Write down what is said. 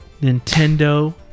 Nintendo